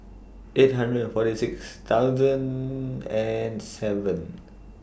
eight hundred and forty six thousand and seven